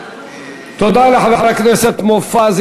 תודה לחבר הכנסת מופז.